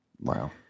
Wow